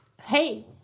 hey